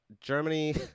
Germany